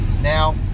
Now